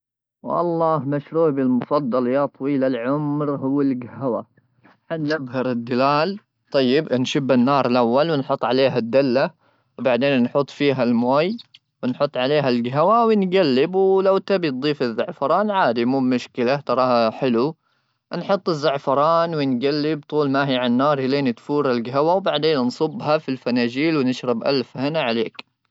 والله مشروبي المفضل يا طويل العمر هوالقهوه حنا نبهر الدلال طيب نشب النار الاول ونحط عليه الدله وبعدين نحط فيها الماء ونحط عليها القهوه ونقلب ولو تبي تضيف الزعفران عادي مو مشكله تراها حلو نحط الزعفران ونقلب طول ما هي على النار الين تفور القهوه وبعدين نصبها في الفناجيل ونشرب الف هنا عليك